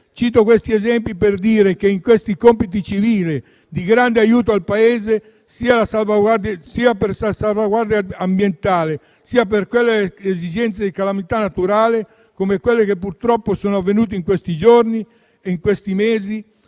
Cito questi esempi per dire che in questi compiti civili, di grande aiuto al Paese, sia per la salvaguardia ambientale, sia per le esigenze di calamità naturale, come quelle purtroppo avvenute negli ultimi mesi e